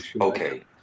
Okay